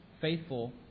faithful